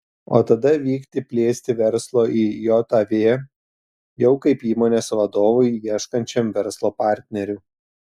o tada vykti plėsti verslo į jav jau kaip įmonės vadovui ieškančiam verslo partnerių